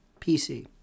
PC